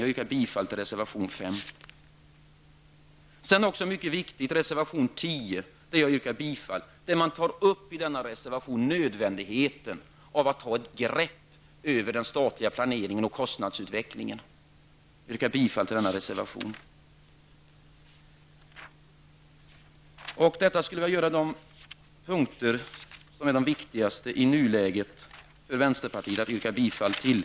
Jag yrkar bifall till reservation 5. Jag yrkar bifall till reservation 10, som jag anser mycket viktig. I denna reservation påpekas nödvändigheten av att få ett grepp över den statliga planeringen och kostnadsutvecklingen. Dessa reservationer är i nuläge de viktigaste för vänsterpartiet att yrka bifall till.